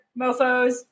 mofos